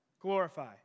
Glorify